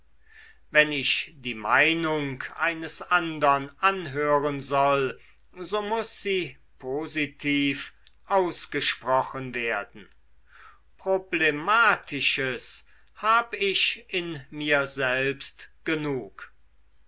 wenn ich die meinung eines andern anhören soll so muß sie positiv ausgesprochen werden problematisches hab ich in mir selbst genug